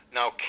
Now